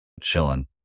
chilling